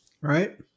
right